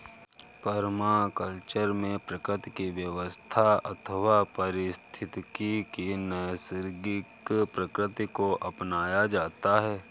permaculture में प्रकृति की व्यवस्था अथवा पारिस्थितिकी की नैसर्गिक प्रकृति को अपनाया जाता है